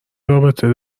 رابطه